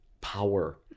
power